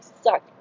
suck